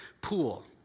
pool